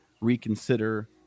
reconsider